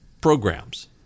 programs